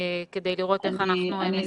כדי לראות איך אנחנו מסייעים שם.